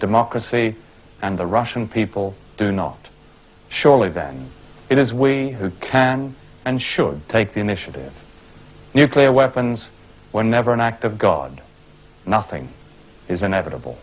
democracy and the russian people do not surely then it is we who can and should take the initiative nuclear weapons whenever an act of god nothing is inevitable